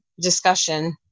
discussion